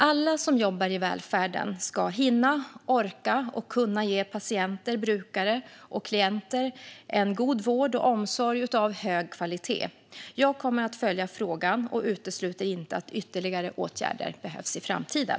Alla som jobbar i välfärden ska hinna, orka och kunna ge patienter, brukare och klienter god vård och omsorg av hög kvalitet. Jag kommer att följa frågan och utesluter inte att ytterligare åtgärder behövs i framtiden.